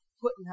putting